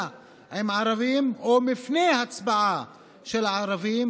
עם ערבים או מפני הצבעה של הערבים,